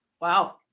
Wow